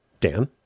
Dan